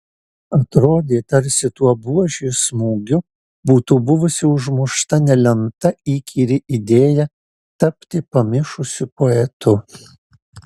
atrodė tarsi tuo buožės smūgiu būtų buvusi užmušta nelemta įkyri idėja tapti pamišusiu poetu